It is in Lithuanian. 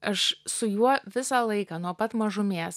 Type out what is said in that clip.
aš su juo visą laiką nuo pat mažumės